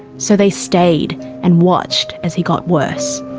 so they stayed and watched as he got worse.